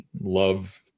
love